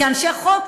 כאנשי חוק,